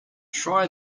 try